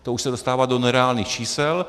To už se dostává do nereálných čísel.